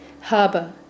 harbour